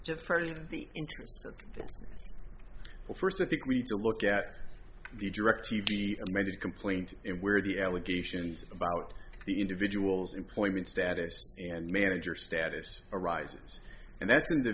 the first i think we need to look at the directv amended complaint and where the allegations about the individuals employment status and manager status arises and that's in the